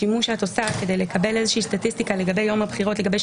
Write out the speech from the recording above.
בה שימוש אלא לעניין פרק זה." בהקשר הזה,